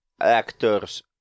actors